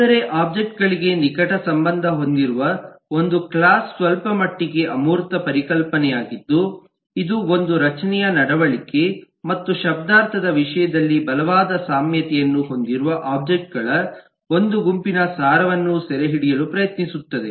ಆದರೆ ಒಬ್ಜೆಕ್ಟ್ ಗಳಿಗೆ ನಿಕಟ ಸಂಬಂಧ ಹೊಂದಿರುವ ಒಂದು ಕ್ಲಾಸ್ ಸ್ವಲ್ಪಮಟ್ಟಿಗೆ ಅಮೂರ್ತ ಪರಿಕಲ್ಪನೆಯಾಗಿದ್ದು ಇದು ಒಂದು ರಚನೆಯ ನಡವಳಿಕೆ ಮತ್ತು ಶಬ್ದಾರ್ಥದ ವಿಷಯದಲ್ಲಿ ಬಲವಾದ ಸಾಮ್ಯತೆಯನ್ನು ಹೊಂದಿರುವ ಒಬ್ಜೆಕ್ಟ್ ಗಳ ಒಂದು ಗುಂಪಿನ ಸಾರವನ್ನು ಸೆರೆಹಿಡಿಯಲು ಪ್ರಯತ್ನಿಸುತ್ತದೆ